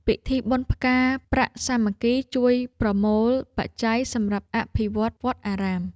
ពិធីបុណ្យផ្កាប្រាក់សាមគ្គី ជួយប្រមូលបច្ច័យសម្រាប់អភិវឌ្ឍវត្តអារាម។